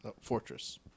Fortress